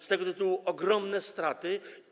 Z tego tytułu są ogromne straty.